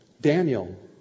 Daniel